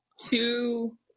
two